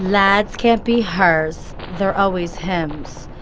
lads can't be hers. they're always hims.